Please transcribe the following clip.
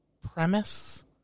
premise